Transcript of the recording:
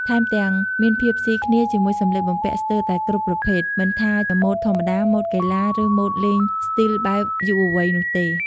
ថែមទាំង មានភាពស៊ីគ្នាជាមួយសម្លៀកបំពាក់ស្ទើរតែគ្រប់ប្រភេទ មិនថាម៉ូដធម្មតា ម៉ូដកីឡា ឬម៉ូដលេងស្ទីលបែបយុវវ័យនោះទេ។